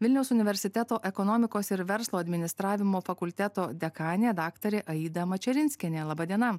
vilniaus universiteto ekonomikos ir verslo administravimo fakulteto dekanė daktarė aida mačerinskienė laba diena